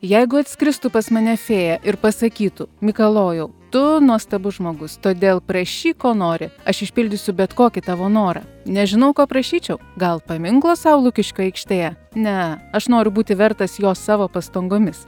jeigu atskristų pas mane fėja ir pasakytų mikalojau tu nuostabus žmogus todėl prašyk ko nori aš išpildysiu bet kokį tavo norą nežinau ko prašyčiau gal paminklo sau lukiškių aikštėje ne aš noriu būti vertas jo savo pastangomis